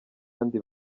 bandi